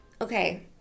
okay